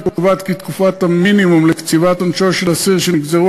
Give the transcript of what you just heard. היא קובעת כי תקופת המינימום לקציבת עונשו של אסיר שנגזרו